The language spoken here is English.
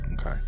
Okay